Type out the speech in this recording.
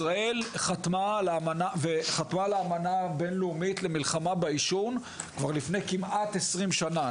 ישראל חתמה על האמנה הבינלאומית למלחמה בעישון כבר לפני כמעט 20 שנים,